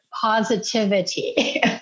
positivity